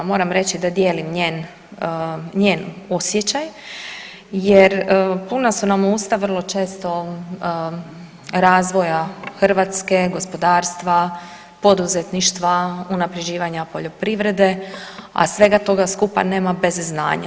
Moram reći da dijelim njen osjeća jer puna su nam usta vrlo često razvoja Hrvatske, gospodarstva, poduzetništva, unapređivanja poljoprivrede, a svega toga skupa nema bez znanja.